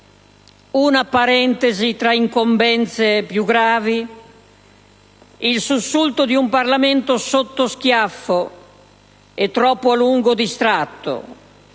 Una parentesi tra incombenze più gravi? Il sussulto di un Parlamento sotto schiaffo e troppo a lungo distratto